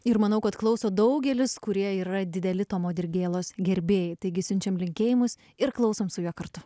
ir manau kad klauso daugelis kurie yra dideli tomo dirgėlos gerbėjai taigi siunčiam linkėjimus ir klausom su juo kartu